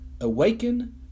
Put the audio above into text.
Awaken